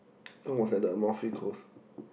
Ann was at the close